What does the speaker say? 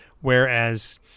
Whereas